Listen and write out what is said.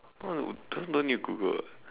why would that one don't need to Google [what]